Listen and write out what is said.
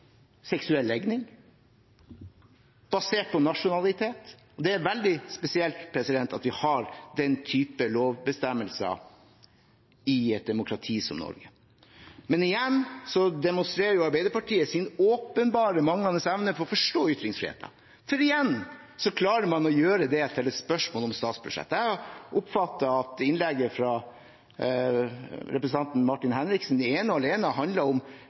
seksuell legning, basert på nasjonalitet. Det er veldig spesielt at vi har den type lovbestemmelser i et demokrati som Norge. Men igjen demonstrerer Arbeiderpartiet sin åpenbart manglende evne til å forstå ytringsfrihet. For igjen klarer man å gjøre det til et spørsmål om statsbudsjettet. Jeg oppfattet at innlegget til representanten Martin Henriksen ene og alene handlet om